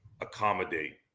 accommodate